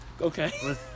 Okay